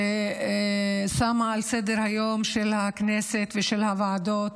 ששמה על סדר-היום של הכנסת ושל הוועדות